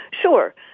Sure